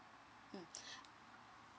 mm